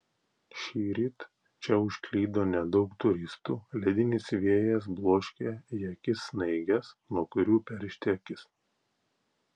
šįryt čia užklydo nedaug turistų ledinis vėjas bloškia į akis snaiges nuo kurių peršti akis